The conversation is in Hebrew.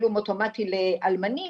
תשלום אוטומטי לאלמנים,